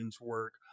work